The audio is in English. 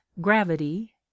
gravity